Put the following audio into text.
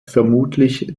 vermutlich